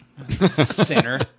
sinner